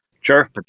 Sure